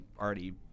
already